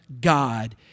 God